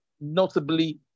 notably